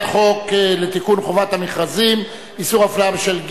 חוק לתיקון חובת המכרזים (איסור אפליה בשל גיל).